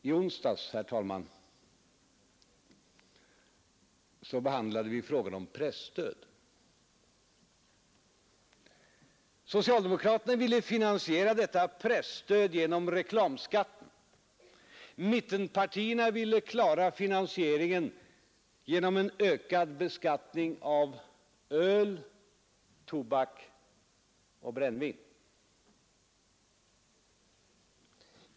I onsdags, herr talman, behandlade vi frågan om presstöd. Socialdemokraterna ville finansiera detta genom reklamskatten medan mittenpartierna ville klara finansieringen genom en ökad beskattning av öl, tobak och brännvin.